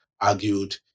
argued